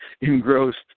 engrossed